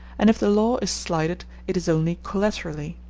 and if the law is slighted it is only collaterally.